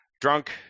drunk